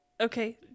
Okay